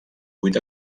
vuit